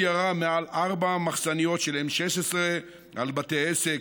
ירה יותר מארבע מחסניות של 16M על בתי עסק,